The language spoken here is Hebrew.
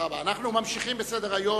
אנחנו ממשיכים בסדר-היום.